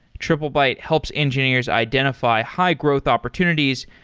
triplebyte helps engineers identify high-growth opportunities,